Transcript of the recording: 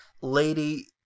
Lady